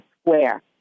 square